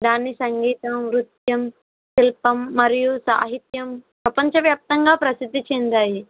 దాని సంగీతం నృత్యం శిల్పం మరియు సాహిత్యం ప్రపంచవ్యాప్తంగా ప్రసిద్ధి చెందాయి